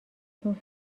چون